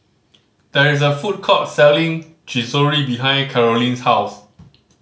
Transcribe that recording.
there is a food court selling Chorizo behind Carolyn's house